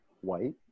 white